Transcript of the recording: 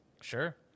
Sure